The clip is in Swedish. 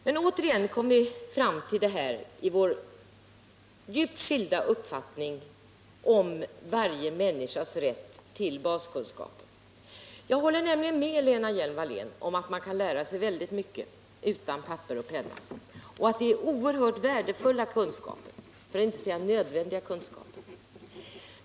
Men återigen kommer vi fram till våra djupt skilda uppfattningar om varje människas rätt till baskunskaper. Jag håller nämligen med Lena Hjelm Wallén om att man kan lära sig väldigt mycket utan papper och penna och att det är oerhört värdefulla kunskaper, för att inte säga nödvändiga kunskaper.